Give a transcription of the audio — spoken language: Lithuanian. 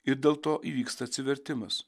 ir dėl to įvyksta atsivertimas